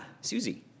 Susie